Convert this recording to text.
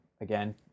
again